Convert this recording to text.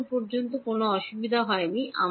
এখনও পর্যন্ত কোনও অসুবিধা হয়নি